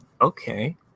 okay